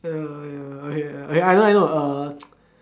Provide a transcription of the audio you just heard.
ya ya okay okay I know I know uh